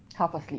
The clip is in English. half asleep